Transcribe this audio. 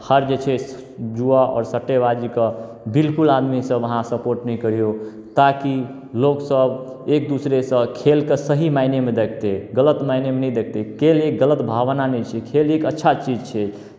हर जे छै जुआ आओर सट्टेबाजीके बिल्कुल आदमीसभ अहाँ सपोर्ट नहि कहिओ ताकि लोकसभ एक दूसरेसँ खेलकेँ सही मायनेमे देखतै गलत मायनेमे नहि देखतै खेल एक गलत भावना नहि छै खेल एक अच्छा चीज छै